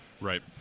Right